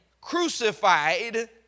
crucified